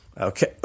Okay